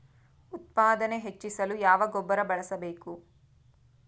ಉತ್ಪಾದನೆ ಹೆಚ್ಚಿಸಲು ಯಾವ ಗೊಬ್ಬರ ಬಳಸಬೇಕು?